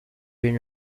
been